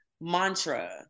mantra